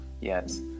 Yes